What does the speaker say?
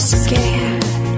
scared